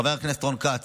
חבר הכנסת רון כץ,